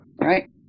Right